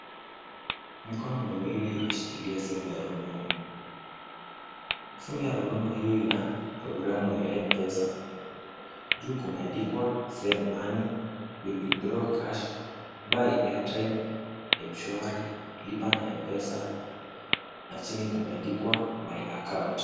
Mikono miwili imeshikilia simu ya rununu. Simu ya rununu hiyo ina programu ya Mpesa. Juu kumeandikwa send money, Withdraw cash, buy airtime , Mshwari, lipa na Mpesa na chini kumeandikwa my account .